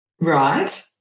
Right